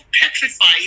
petrified